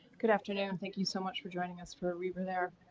good afternoon thank you so much for joining us for ah we were there.